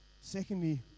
Secondly